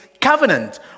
covenant